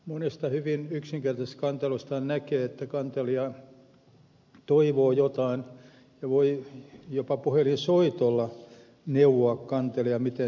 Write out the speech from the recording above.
monesta hyvin yksinkertaisesta kantelustahan näkee että kantelija toivoo jotain ja voisi jopa puhelinsoitolla neuvoa kantelijaa miten siihen tulokseen päästään